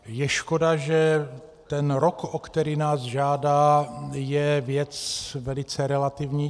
Je škoda, že ten rok, o který nás žádá, je věc velice relativní.